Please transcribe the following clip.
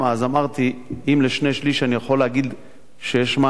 אז אמרתי: אם לשני-שלישים אני יכול להגיד שיש מענה,